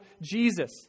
Jesus